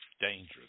dangerous